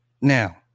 now